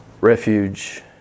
refuge